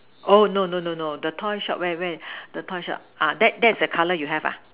oh no no no no the toy shop where where the toy shop ah that's that's the color you have ah